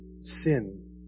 sin